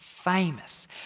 famous